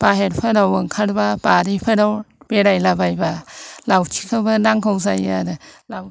बाहेरफोराव ओंखारबा बारिफोराव बेरायलाबायबा लावथिखौबो नांगौ जायो आरो